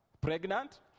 pregnant